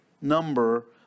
number